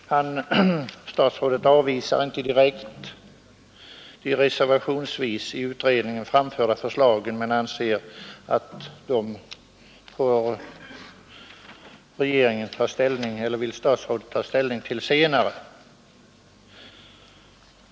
Statsrådet avvisar inte direkt de reservationsvis i utredningen framförda förslagen men vill ta ställning till dem senare.